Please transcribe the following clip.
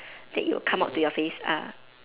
that it will come up to your face ah